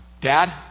Dad